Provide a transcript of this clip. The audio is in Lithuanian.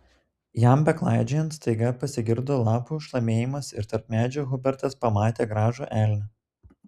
jam beklaidžiojant staiga pasigirdo lapų šlamėjimas ir tarp medžių hubertas pamatė gražų elnią